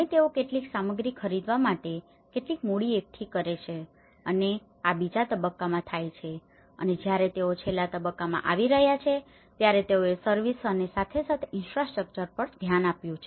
અને તેઓ કેટલીક સામગ્રી ખરીદવા માટે કેટલીક મૂડી એકઠી કરે છે અને આ બીજા તબક્કામાં થાય છે અને જયારે તેઓ છેલ્લા તબક્કામાં આવી રહ્યા છે ત્યારે તેઓએ સર્વિસ અને સાથે સાથે ઈન્ફ્રાસ્ટ્રક્ચર પર પણ ધ્યાન આપ્યું